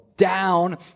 down